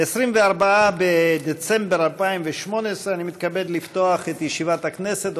24 בדצמבר 2018. אני מתכבד לפתוח את ישיבת הכנסת.